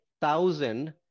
thousand